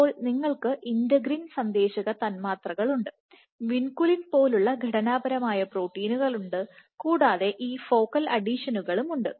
അപ്പോൾ നിങ്ങൾക്ക് ഇന്റഗ്രിൻ സന്ദേശക തന്മാത്രകളുണ്ട് വിൻകുലിൻ പോലുള്ള ഘടനാപരമായ പ്രോട്ടീനുകളുണ്ട് കൂടാതെ ഈ ഫോക്കൽ അഡിഷനുകളുമുണ്ട്